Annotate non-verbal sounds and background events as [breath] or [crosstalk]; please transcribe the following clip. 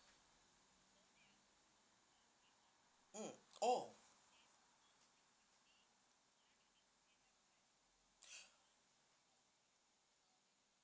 mm orh [breath]